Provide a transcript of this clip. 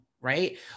right